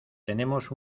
tenemos